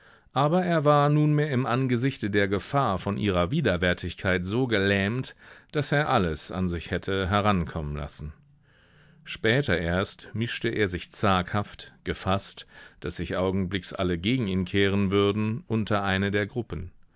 aber er war nunmehr im angesichte der gefahr von ihrer widerwärtigkeit so gelähmt daß er alles an sich hätte herankommen lassen später erst mischte er sich zaghaft gefaßt daß sich augenblicks alle gegen ihn kehren würden unter eine der gruppen